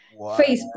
facebook